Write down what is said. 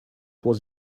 was